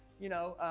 you know